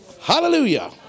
Hallelujah